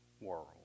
world